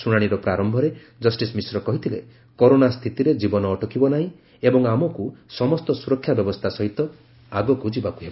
ଶୁଣାଣିର ପ୍ରାରମ୍ଭରେ ଜଷ୍ଟିସ୍ ମିଶ୍ର କହିଥିଲେ ଯେ କରୋନା ସ୍ଥିତିରେ ଜୀବନ ଅଟକିବ ନାହିଁ ଏବଂ ଆମକୁ ସମସ୍ତ ସୁରକ୍ଷା ବ୍ୟବସ୍ଥା ସହିତ ଆଗକୁ ଯିବାକୁ ହେବ